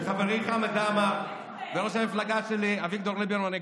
ועם חברי חמד עמאר וראש המפלגה שלי אביגדור ליברמן,